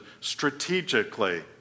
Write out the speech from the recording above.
strategically